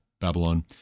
Babylon